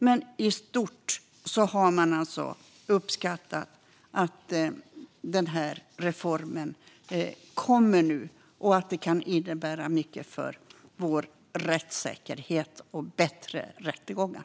Men i stort har man uppskattat att reformen nu kommer. Det kan innebära mycket för vår rättssäkerhet och bättre rättegångar.